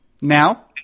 Now